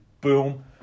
boom